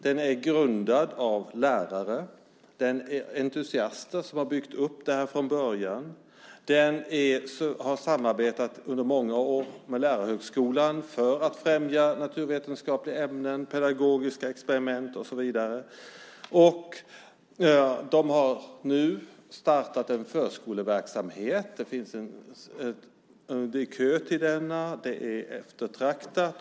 Den är grundad av lärare. Det är entusiaster som har byggt upp det här från början. Verksamheten har under många år samarbetat med lärarhögskolan för att främja naturvetenskapliga ämnen med pedagogiska experiment och så vidare. Man har nu startat en förskoleverksamhet. Det är kö till den. Den är eftertraktad.